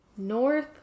North